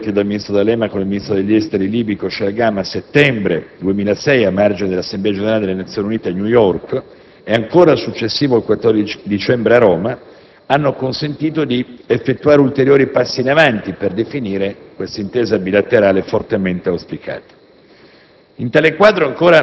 I successivi incontri avuti dal ministro D'Alema con il ministro degli esteri libico Shalgam nel settembre 2006 (a margine dell'Assemblea generale delle Nazioni Unite a New York) e il successivo 14 dicembre a Roma hanno consentito di effettuare ulteriori passi in avanti per definire questa intesa bilaterale fortemente auspicata.